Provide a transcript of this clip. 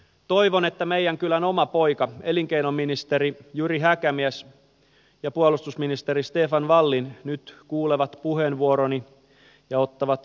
toivon että meidän kylän oma poika elinkeinoministeri jyri häkämies ja puolustusministeri stefan wallin nyt kuulevat puheenvuoroni ja ottavat vaatimukseni huomioon